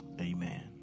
Amen